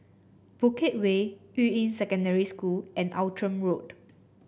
Bukit Way Yuying Secondary School and Outram Road